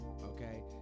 okay